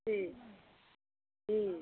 जी जी